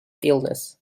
illness